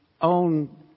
own